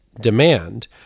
demand